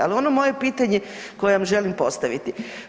Al ono moje pitanje koje vam želim postaviti.